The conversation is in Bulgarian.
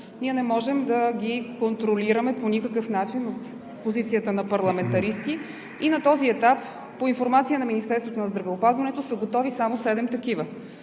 Ние не можем да ги контролираме по никакъв начин от позицията на парламентаристи и на този етап по информация на Министерството на здравеопазването са готови само седем такива.